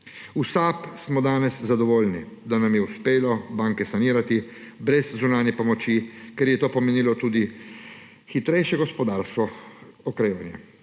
V SAB smo danes zadovoljni, da nam je uspelo banke sanirati brez zunanje pomoči, ker je to pomenilo tudi hitrejše gospodarsko okrevanje.